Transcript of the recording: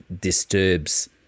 disturbs